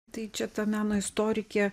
tai čia ta meno istorikė